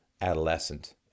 adolescent